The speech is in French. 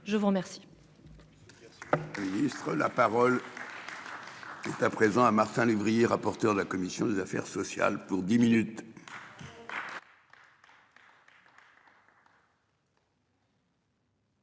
Je vous remercie.--